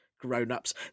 grown-ups